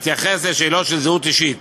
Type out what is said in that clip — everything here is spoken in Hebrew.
המתייחס לשאלות של זהות אישית,